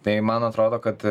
tai man atrodo kad